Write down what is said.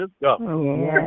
go